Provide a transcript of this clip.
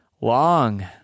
long